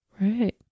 Right